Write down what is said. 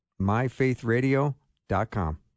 myfaithradio.com